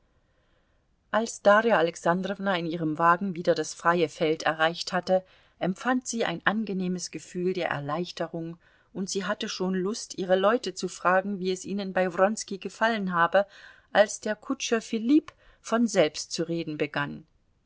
als darja alexandrowna in ihrem wagen wieder das freie feld erreicht hatte empfand sie ein angenehmes gefühl der erleichterung und sie hatte schon lust ihre leute zu fragen wie es ihnen bei wronski gefallen habe als der kutscher filipp von selbst zu reden begann